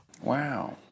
Wow